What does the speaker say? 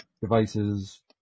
devices